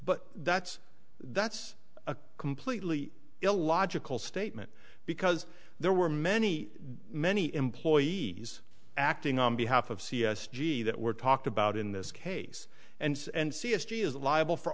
but that's that's a completely illogical statement because there were many many employees acting on behalf of c s g that were talked about in this case and and c s t is liable for